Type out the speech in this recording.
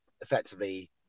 effectively